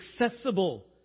accessible